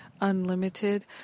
unlimited